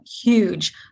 huge